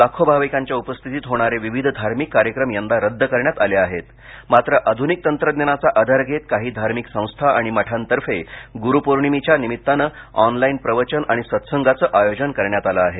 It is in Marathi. लाखो भाविकांच्या उपस्थितीत होणारे विविध धार्मिक कार्यक्रम यंदा रद्द करण्यात आले आहेत मात्र आधुनिक तंत्रज्ञानाचा आधार घेत काही धार्मिक संस्था आणि मठांतर्फे गुरुपौर्णिमेच्या निमित्तानं ऑनलाईन प्रवचन आणि सत्संगाचे आयोजन करण्यात आलं आहे